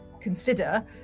consider